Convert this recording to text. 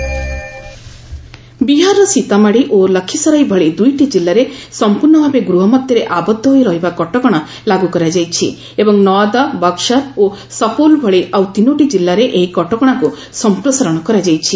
Bihar lockdown ବିହାରର ସୀତାମାଢ଼ି ଓ ଲଖୀସରାଇ ଭଳି ଦୁଇଟି ଜିଲ୍ଲାରେ ସଂପୂର୍ଣ୍ଣ ଭାବେ ଗୃହମଧ୍ୟରେ ଆବଦ୍ଧ ହୋଇ ରହିବା କଟକଣା ଲାଗୁ କରାଯାଇଛି ନୱାଦା ବକ୍କାର ଏବଂ ସପଉଲ୍ ଭଳି ଆଉ ତିନୋଟି ଜିଲ୍ଲାରେ ଏହି କଟକଣାକୁ ସଂପ୍ରସାରଣ କରାଯାଇଛି